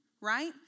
right